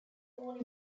holy